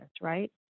right